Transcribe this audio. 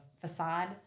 facade